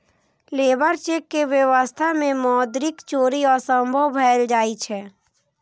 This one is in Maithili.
लेबर चेक के व्यवस्था मे मौद्रिक चोरी असंभव भए जाइ छै